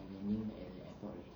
they're landing at the airport already